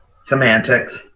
semantics